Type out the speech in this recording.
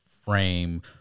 frame